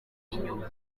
inyuma